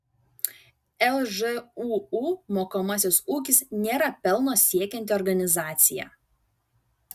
lžūu mokomasis ūkis nėra pelno siekianti organizacija